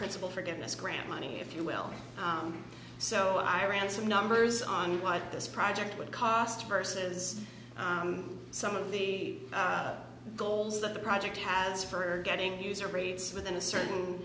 principal forgiveness grant money if you will so i ran some numbers on like this project would cost versus some of the goals that the project has for getting user rates within a certain